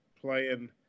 playing